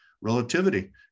relativity